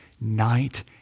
night